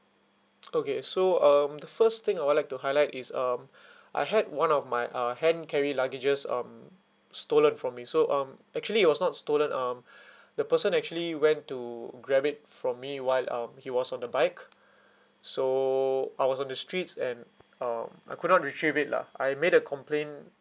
okay so um the first thing I would like to highlight is um I had one of my uh hand carry luggages um stolen from me so um actually it was not stolen um the person actually went to grab it from me while um he was on the bike so I was on the streets and um I could not retrieve it lah I made a complaint